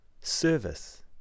service